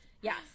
Yes